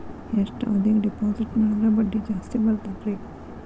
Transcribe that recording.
ಎಷ್ಟು ಅವಧಿಗೆ ಡಿಪಾಜಿಟ್ ಮಾಡಿದ್ರ ಬಡ್ಡಿ ಜಾಸ್ತಿ ಬರ್ತದ್ರಿ?